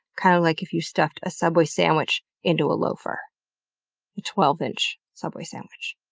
kind of like if you stuffed a subway sandwich into a loafer. a twelve inch subway sandwich.